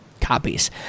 copies